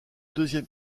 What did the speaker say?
deuxième